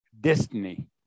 destiny